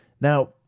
Now